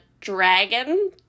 dragon